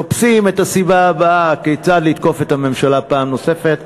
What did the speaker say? מחפשים את הסיבה הבאה כיצד לתקוף את הממשלה פעם נוספת,